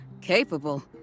Capable